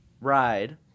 Ride